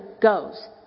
goes